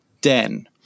den